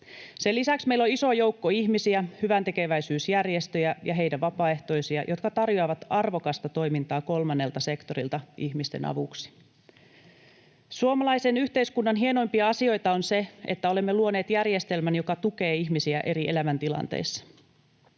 Sen lisäksi meillä on iso joukko ihmisiä, hyväntekeväisyysjärjestöjä ja näiden vapaaehtoisia, jotka tarjoavat arvokasta toimintaa kolmannelta sektorilta ihmisten avuksi. Suomalaisen yhteiskunnan hienoimpia asioita on se, että olemme luoneet järjestelmän, joka tukee ihmisiä eri elämäntilanteissa.